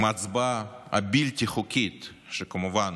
עם ההצבעה הבלתי-חוקית, שכמובן